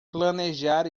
planejar